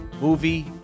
movie